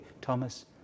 Thomas